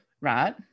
right